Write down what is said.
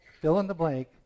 fill-in-the-blank